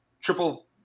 triple